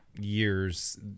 years